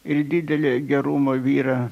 ir didelio gerumo vyrą